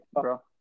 bro